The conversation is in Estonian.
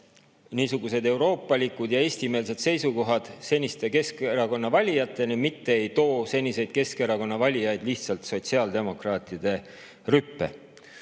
niisugused euroopalikud ja eestimeelsed seisukohad seniste Keskerakonna valijateni, mitte ei too seniseid Keskerakonna valijaid lihtsalt sotsiaaldemokraatide rüppe. Ja